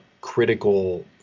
critical